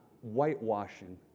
whitewashing